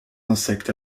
insectes